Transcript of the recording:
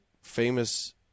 famous